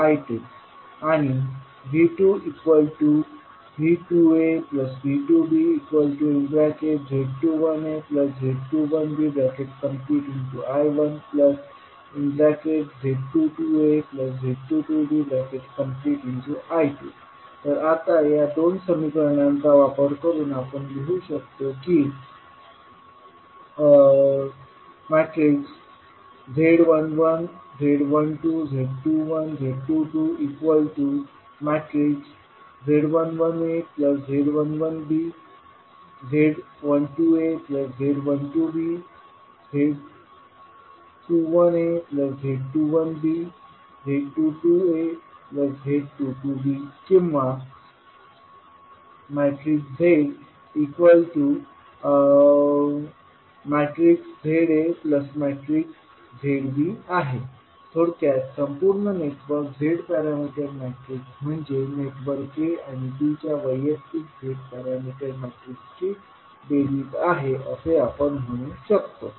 V1V1aV1bz11az11bI1z12az12bI2 V2V2aV2bz21az21bI1z22az22bI2 तर आता या दोन समीकरणांचा वापर करून आपण लिहू शकतो की z11 z12 z21 z22 z11az11b z12az12b z21az21b z22az22b किंवा zzazb थोडक्यात संपूर्ण नेटवर्कचे z पॅरामिटर मॅट्रिक्स म्हणजे नेटवर्क a आणि b च्या वैयक्तिक z पॅरामिटर मॅट्रिक्स ची बेरीज आहे असे आपण लिहू शकतो